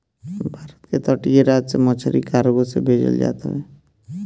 भारत के तटीय राज से मछरी कार्गो से भेजल जात हवे